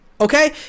Okay